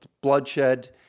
bloodshed